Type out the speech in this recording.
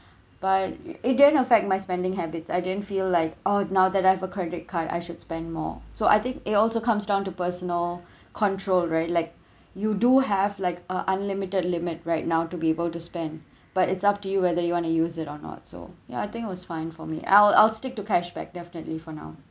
but it didn't affect my spending habits I didn't feel like oh now that I have a credit card I should spend more so I think it also comes down to personal control right like you do have like uh unlimited limit right now to be able to spend but it's up to you whether you want to use it or not so ya I think it was fine for me I'll I'll stick to cash back definitely for now